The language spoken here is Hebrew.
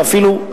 ואפילו,